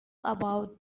about